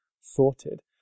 sorted